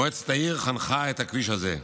מועצת העיר חנכה את הכביש הזה.